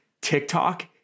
TikTok